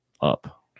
up